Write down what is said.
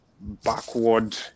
backward